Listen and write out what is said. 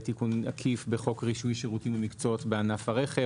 לתיקון עקיף בחוק רישוי שירותים ומקצועות בענף הרכב.